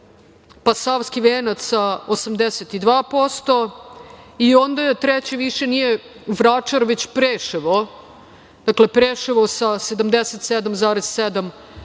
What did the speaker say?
Savski venac sa 82%. Onda je treći, više nije Vračar, već Preševo, dakle, Preševo sa 77,7%